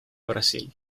brasil